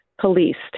policed